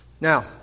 Now